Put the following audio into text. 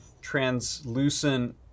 translucent